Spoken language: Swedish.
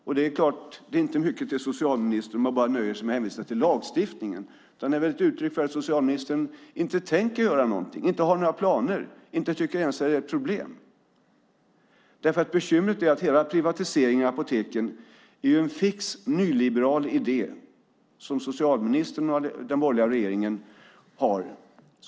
Man är inte mycket till socialminister om man bara nöjer sig med att hänvisa till lagstiftningen, men det är väl ett uttryck för att socialministern inte tänker göra något, inte har några planer och inte ens tycker att detta är ett problem. Bekymret är att hela privatiseringen av apoteken är en fix nyliberal idé som socialministern och den borgerliga regeringen har.